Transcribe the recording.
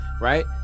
right